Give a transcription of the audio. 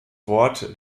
wort